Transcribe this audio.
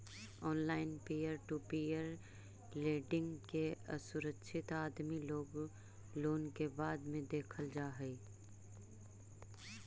online peer to peer lending के असुरक्षित आदमी लोग लोन के रूप में देखल जा हई